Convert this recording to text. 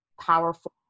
powerful